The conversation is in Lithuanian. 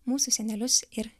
mūsų senelius ir